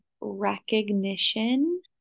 recognition